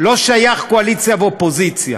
לא שייך קואליציה ואופוזיציה.